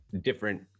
different